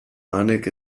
anek